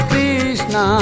Krishna